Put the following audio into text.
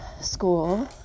school